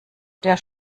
der